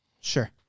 Sure